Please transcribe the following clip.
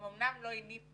אנחנו מורידים